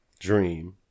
Dream